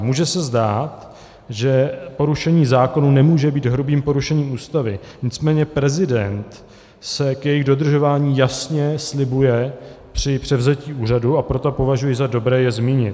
Může se zdát, že porušení zákonů nemůže být hrubým porušením Ústavy, nicméně prezident jejich dodržování jasně slibuje při převzetí úřadu, a proto považuji za dobré je zmínit.